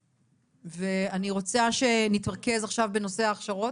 ואני רוצה שנתרכז עכשיו בנושא ההכשרות.